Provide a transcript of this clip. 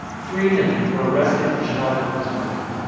three men were arrested and charged with his murder.